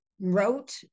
wrote